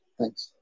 Thanks